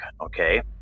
okay